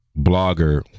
blogger